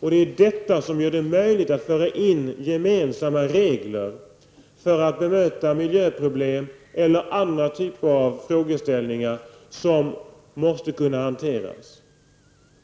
Det gör det möjligt att införa gemensamma regler för att bekämpa miljöproblem eller handlägga andra frågor som måste kunna hanteras.